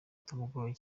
bitamugoye